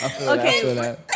Okay